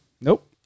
Nope